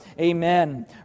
Amen